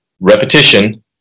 repetition